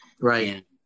Right